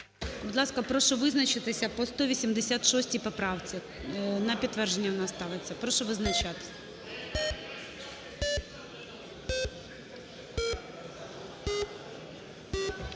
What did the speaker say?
Будь ласка, прошу визначатися по 186 поправці, на підтвердження вона ставиться. Прошу визначатись.